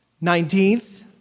Nineteenth